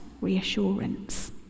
reassurance